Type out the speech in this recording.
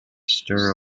stir